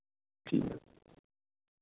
जी